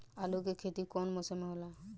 आलू के खेती कउन मौसम में होला?